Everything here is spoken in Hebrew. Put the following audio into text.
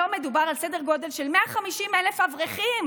היום מדובר על סדר גודל של 150,000 אברכים.